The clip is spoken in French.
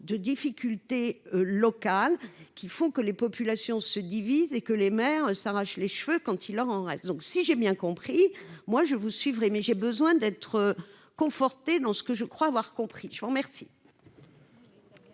de difficultés locales qui font que les populations se divisent et que les maires s'arrachent les cheveux- quand il leur en reste. Je vous suivrai, mais j'ai besoin d'être confortée dans ce que je crois avoir compris. La parole